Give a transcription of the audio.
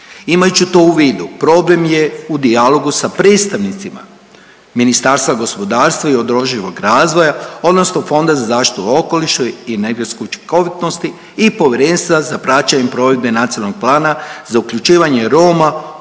Imajući to u vidu problem je u dijalogu za predstavnicima Ministarstva gospodarstva i održivog razvoja odnosno Fonda za zaštitu okoliša i energetsku učinkoviti i Povjerenstva za praćenje provedbe Nacionalnog plana za uključivanje Roma